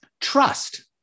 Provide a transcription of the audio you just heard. trust